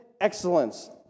excellence